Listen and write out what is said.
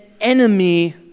enemy